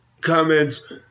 comments